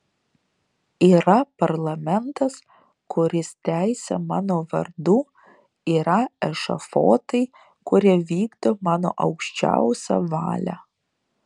yra parlamentas kuris teisia mano vardu yra ešafotai kurie vykdo mano aukščiausią valią